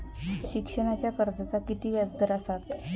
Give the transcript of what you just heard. शिक्षणाच्या कर्जाचा किती व्याजदर असात?